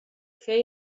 fer